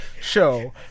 show